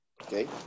Okay